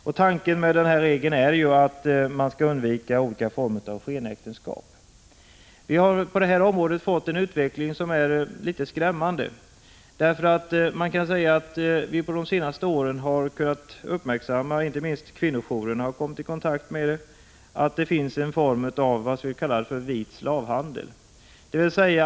Tanken med denna regel är att undvika olika former av skenäktenskap. På detta område har vi fått en något skrämmande utveckling. På de senaste åren har inte minst kvinnojourerna kommit i kontakt med vad som kan kallas vit slavhandel.